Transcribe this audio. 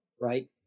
right